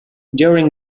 during